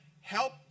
help